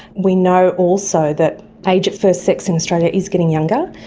we know also that the age of first sex in australia is getting younger,